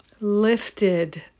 lifted